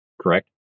correct